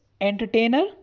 entertainer